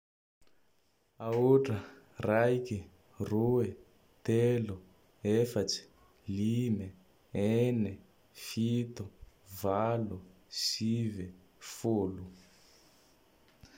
Aotra, raike, roy, telo, efatsy, lime, ene, fito, valo, sive, folo.